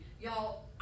Y'all